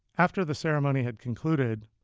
after the ceremony had concluded,